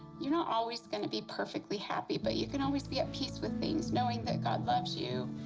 you're not always going to be perfectly happy, but you can always be at peace with things, knowing that god loves you,